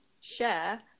share